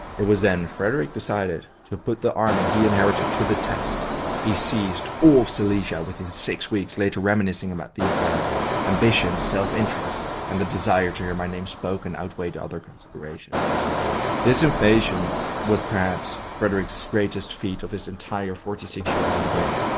it was then frederick decided to put the army he inherited to the test he seized all of silesia within six weeks, later reminiscing about the affair ambition, self-interest and the desire to hear my name spoken outweighed other considerations this invasion was perhaps frederick's greatest feat of his entire forty six year long reign.